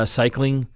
cycling